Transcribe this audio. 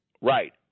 Right